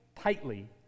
tightly